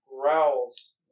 growls